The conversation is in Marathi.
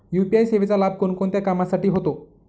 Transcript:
यू.पी.आय सेवेचा लाभ कोणकोणत्या कामासाठी होतो?